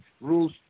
rules